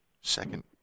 Second